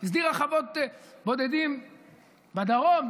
שהסדירה חוות בודדים בדרום,